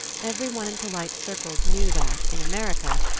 every one in polite circles knew that, in america,